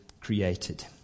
created